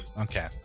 Okay